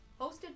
hosted